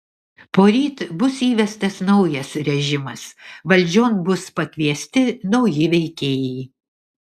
poryt bus įvestas naujas režimas valdžion bus pakviesti nauji veikėjai